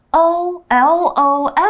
O-L-O-L